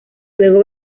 luego